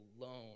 alone